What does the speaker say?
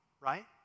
right